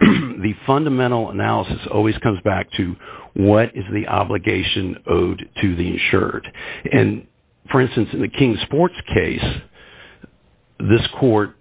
the fundamental analysis always comes back to what is the obligation to the shirt and for instance in the king sports case this court